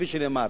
כפי שנאמר,